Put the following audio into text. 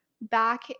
back